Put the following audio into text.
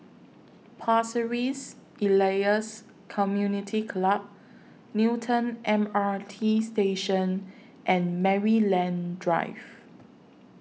Pasir Ris Elias Community Club Newton M R T Station and Maryland Drive